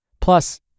Plus